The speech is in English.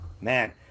man